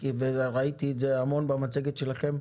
ראיתי את זה המון במצגת שלכם,